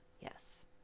yes